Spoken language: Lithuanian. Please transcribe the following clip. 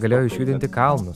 galėjau išjudinti kalnus